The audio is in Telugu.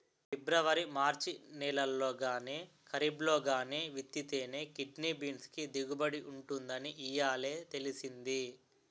పిబ్రవరి మార్చి నెలల్లో గానీ, కరీబ్లో గానీ విత్తితేనే కిడ్నీ బీన్స్ కి దిగుబడి ఉంటుందని ఇయ్యాలే తెలిసింది